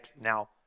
now